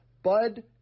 bud